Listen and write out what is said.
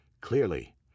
Clearly